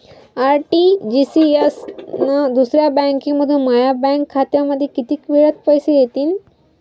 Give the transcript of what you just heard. RTGS न दुसऱ्या बँकेमंधून माया बँक खात्यामंधी कितीक वेळातं पैसे येतीनं?